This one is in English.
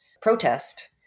protest